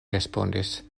respondis